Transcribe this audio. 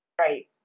Right